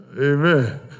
Amen